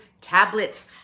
tablets